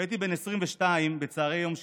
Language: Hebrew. כשהייתי בן 22, בצוהרי יום שישי,